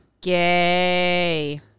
Gay